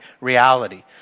reality